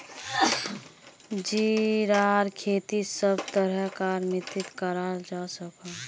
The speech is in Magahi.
जीरार खेती सब तरह कार मित्तित कराल जवा सकोह